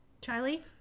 Charlie